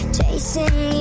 Chasing